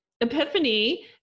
epiphany